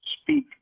speak